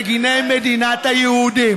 מגיני מדינת היהודים.